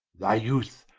thy youth,